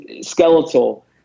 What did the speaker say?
skeletal